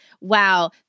wow